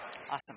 Awesome